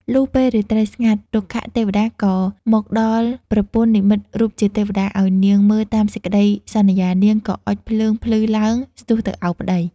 លុះពេលរាត្រីស្ងាត់ រុក្ខទេវតាក៏មកដល់ប្រពន្ធនិម្មិតរូបជាទេវតា ឱ្យនាងមើលតាមសេចក្ដីសន្យា នាងក៏អុជភ្លើងភ្លឺឡើង ស្ទុះទៅអោបប្ដី។